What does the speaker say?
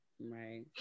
Right